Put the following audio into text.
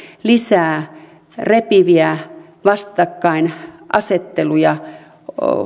lisää repiviä vastakkainasetteluja